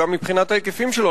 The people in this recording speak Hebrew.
אלא גם מבחינת ההיקפים שלו.